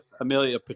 Amelia